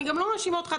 אני גם לא מאשימה אותך,